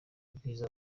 ubwiza